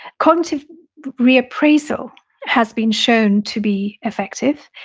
cognitive reappraisal has been shown to be effective.